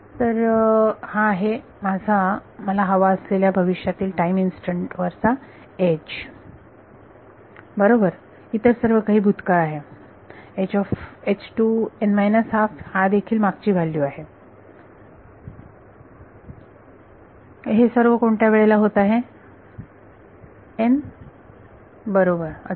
तर हा आहे माझा मला हवा असलेल्या भविष्यातील टाईम इन्स्टंट वरचा बरोबर इतर सर्व काही भूतकाळ आहे हा देखील मागची व्हॅल्यू आहे हे सर्व कोणत्या वेळेला होत आहे n बरोबर अचूक